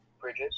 Bridges